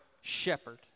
shepherd